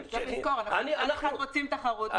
צריך לזכור, אנחנו רוצים תחרות.